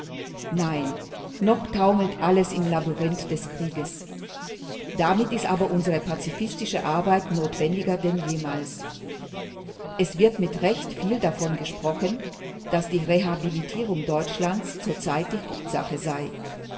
nein noch taumelt alles im labyrinth des krieges damit ist aber unsere pazifistische arbeit notwendiger denn jemals es wird mit recht viel davon gesprochen daß die rehabilitierung deutschlands zurzeit die hauptsache sei